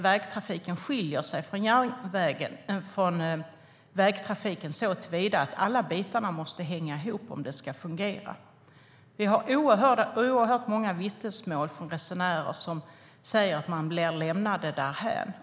Vägtrafiken skiljer sig från järnvägstrafiken, och alla bitar måste hänga ihop om det ska fungera. Vi har oerhört många vittnesmål från resenärer som säger att man blir lämnade därhän.